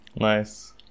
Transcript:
Nice